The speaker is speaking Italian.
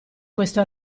questo